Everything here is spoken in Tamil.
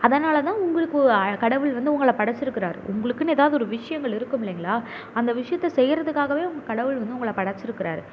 அதனால் தான் உங்களுக்கு கடவுள் வந்து உங்களை படைச்சிருக்கிறாரு உங்களுக்குன்னு ஏதாவது ஒரு விஷயங்கள் இருக்கும் இல்லைங்களா அந்த விஷயத்த செய்கிறதுக்காகவே உங்க கடவுள் வந்து உங்களை படைச்சிருக்கிறாரு